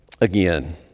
again